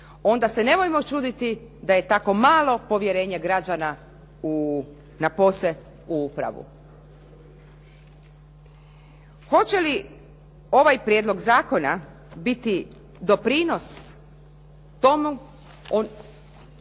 onda se nemojmo čuditi da je tako malo povjerenje građana napose u upravu. Hoće li ovaj prijedlog zakona biti doprinos tomu,